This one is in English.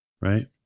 right